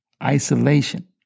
Isolation